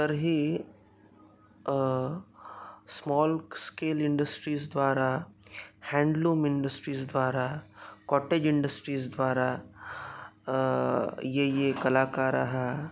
तर्हि small scale इण्डस्ट्रीस्द्वारा हेण्ड्लूम् इण्डस्ट्रीस्द्वारा काटेज् इण्डस्ट्रीस्द्वारा ये ये कलाकाराः